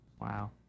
Wow